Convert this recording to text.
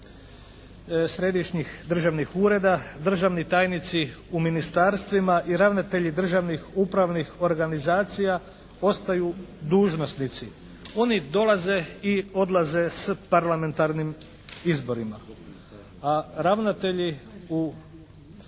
središnjih državnih ureda, državni tajnici u ministarstvima i ravnatelji državnih upravnih organizacija ostaju dužnosnici. Oni dolaze i odlaze s parlamentarnim izborima. A ravnatelji u,